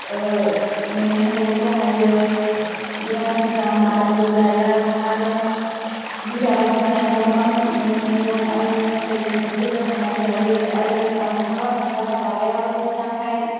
मैगं थाइगंबो हायो बिराथ मोजां मारामबो जाया आरो बि दाबाजोंनो आङो गोबां मैगं थाइगं आरो फिथाय सामथायफोरबो हानानै जायो आरो आं बहाबा थांब्ला दाबायाबो फिसाखाय